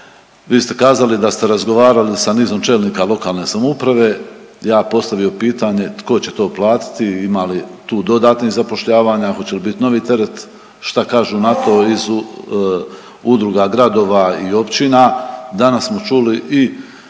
vi ste kazali da ste razgovarali sa nizom čelnika lokalne samouprave, ja postavio pitanje tko će to platiti, ima li tu dodatnih zapošljavanja, hoće li bit novi teret, šta kažu na to iz udruga gradova i općina? Danas smo čuli i